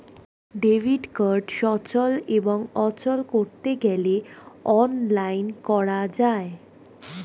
debit card সচল এবং অচল করতে গেলে অনলাইন করা যায়